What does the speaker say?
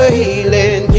healing